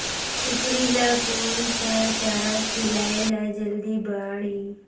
कूकरी ल कोन सा चारा खिलाय ल जल्दी बाड़ही?